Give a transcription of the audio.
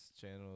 channel